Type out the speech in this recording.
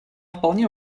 вполне